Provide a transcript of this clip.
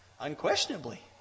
Unquestionably